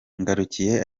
ngarukiye